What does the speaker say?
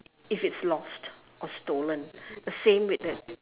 if it's lost or stolen the same with it